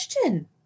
question